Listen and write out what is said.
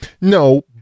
No